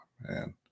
Man